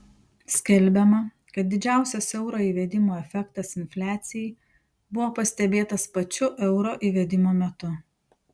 skelbiama kad didžiausias euro įvedimo efektas infliacijai buvo pastebėtas pačiu euro įvedimo metu